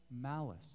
malice